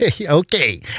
Okay